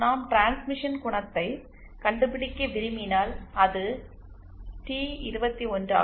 நாம் டிரான்ஸ்மிஷன் குணத்தை கண்டுபிடிக்க விரும்பினால் அது டி21 ஆகும்